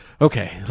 Okay